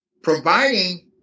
Providing